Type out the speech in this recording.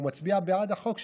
הוא מצביע בעד החוק,